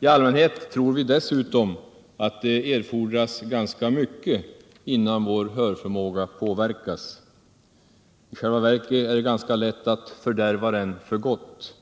I allmänhet tror vi dessutom att det erfordras ganska mycket innan vår hörförmåga påverkas. I själva verket är det ganska lätt att fördärva den för gott.